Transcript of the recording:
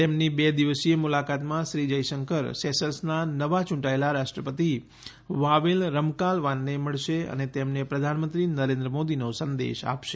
તેમની બે દિવસીય મુલાકાતમાં શ્રી જયશંકર સેશલ્સનાં નવા યૂંટાયેલા રાષ્ટ્રપતિ વાવેલ રમકાલવાનને મળશે અને તેમને પ્રધાનમંત્રી નરેન્દ્ર મોદીનો સંદેશ આપશે